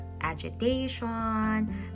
agitation